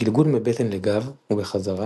גלגול מבטן לגב ובחזרה